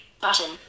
Button